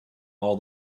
all